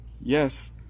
yes